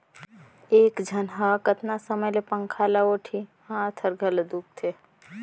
एक झन ह कतना समय ले पंखा ल ओटही, हात हर घलो दुखते